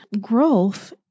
Growth